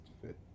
fit